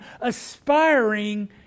aspiring